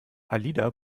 alida